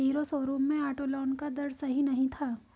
hero showroom में auto loan का दर सही नहीं था